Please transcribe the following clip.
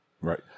Right